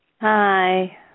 Hi